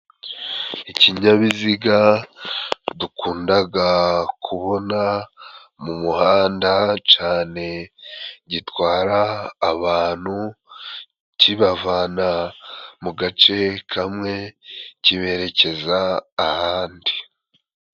Ikinyabiziga dukundaga kubona mu muhanda cane gitwara abantu， kibavana mu gace kamwe kiberekeza ahandi.